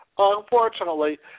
Unfortunately